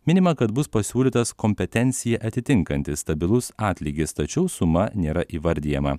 minima kad bus pasiūlytas kompetenciją atitinkanti stabilus atlygis tačiau suma nėra įvardijama